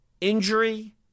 injury